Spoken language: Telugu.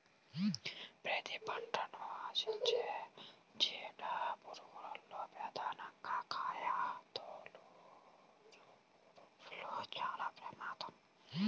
పత్తి పంటను ఆశించే చీడ పురుగుల్లో ప్రధానంగా కాయతొలుచుపురుగులు చాలా ప్రమాదం